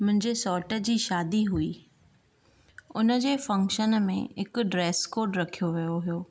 मुंहिंजे सौटु जी शादी हुई हुनजे फंक्शन में हिकु ड्रैस कोड रखियो वियो हुओ